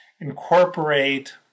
incorporate